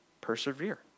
persevere